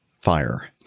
fire